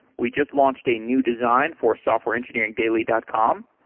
we just launched a new design for softwareengineeringdaily dot com,